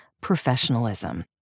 professionalism